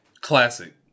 Classic